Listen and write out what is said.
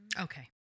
Okay